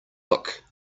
look